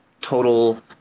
total